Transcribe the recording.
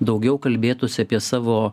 daugiau kalbėtųsi apie savo